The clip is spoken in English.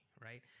right